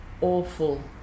awful